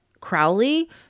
Crowley